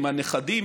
עם הנכדים,